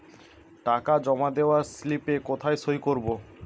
টাকা জমা দেওয়ার স্লিপে কোথায় সই করব?